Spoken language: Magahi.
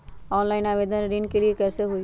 ऑनलाइन आवेदन ऋन के लिए कैसे हुई?